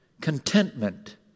Contentment